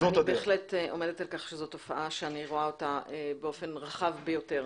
אני בהחלט עומדת על כך שזאת תופעה שאני רואה אותה באופן רחב ביותר.